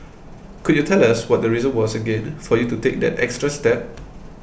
could you tell us what the reason was again for you to take that extra step